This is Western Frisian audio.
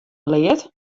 leard